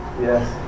Yes